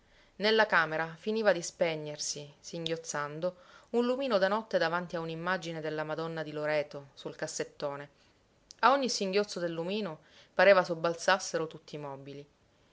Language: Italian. nella camera finiva di spegnersi singhiozzando un lumino da notte davanti a un'immagine della madonna di loreto sul cassettone a ogni singhiozzo del lumino pareva sobbalzassero tutti i mobili